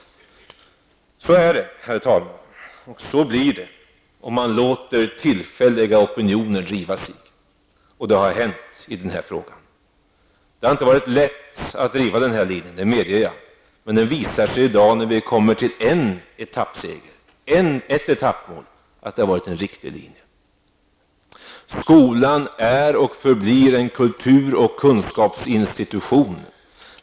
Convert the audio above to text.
Så är det, herr talman, och så blir det, om man låter tillfälliga opinioner leda sig. Detta är vad som hänt i den här frågan. Det har inte varit lätt att driva den här linjen -- det medger jag -- men det visar sig i dag, när vi kommit till ett etappmål, att det har varit en riktig linje. Skolan är och förblir en kultur och kunskapsinstitution.